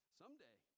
someday